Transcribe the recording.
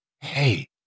Hey